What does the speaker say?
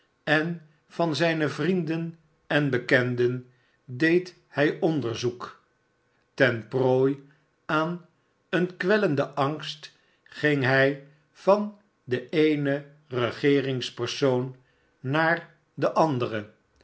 en van zijne vrienden en bekenden deed hij onderzoek ten prooi aan een kwellenden angst ging hij van den eenen regeermgspersoon raaar den anderen